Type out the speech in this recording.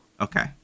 Okay